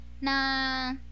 na